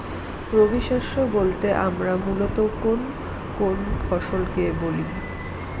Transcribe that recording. রবি শস্য বলতে আমরা মূলত কোন কোন ফসল কে বলি?